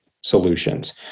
solutions